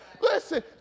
Listen